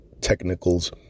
technicals